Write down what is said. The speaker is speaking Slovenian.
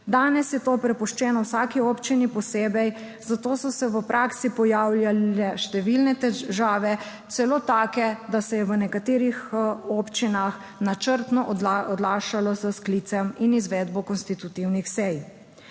Danes je to prepuščeno vsaki občini posebej, zato so se v praksi pojavljale številne težave, celo take, da se je v nekaterih občinah načrtno odlašalo s sklicem in izvedbo konstitutivnih sej.